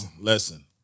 listen